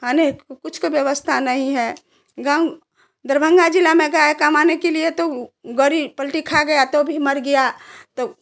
खाने कुछ व्यवस्था नहीं है गाँव दरभंगा जिले में गया कमाने के लिए तो गाड़ी पलटी खा गया तो भी मर गया तो